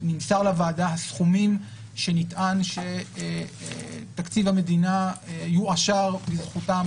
נמסרו לוועדה סכומים שנטען שתקציב המדינה יועשר בזכותם,